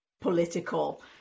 political